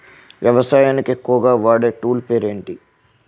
వ్యవసాయానికి ఎక్కువుగా వాడే టూల్ పేరు ఏంటి?